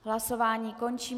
Hlasování končím.